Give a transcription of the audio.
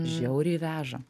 žiauriai veža